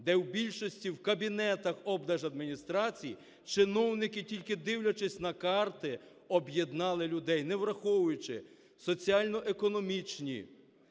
де в більшості в кабінетах облдержадміністрації чиновники, тільки дивлячись на карти, об'єднали людей, не враховуючи соціально-економічні,